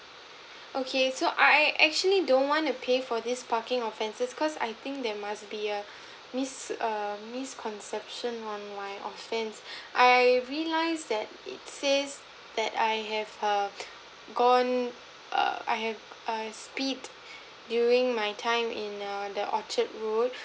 okay so I I actually don't want to pay for this parking offences cause I think there must be a miss~ err misconception on my offence I realise that it says that I have err gone err I have I have speed during my time in err the orchard route